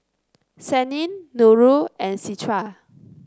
Senin Nurul and Citra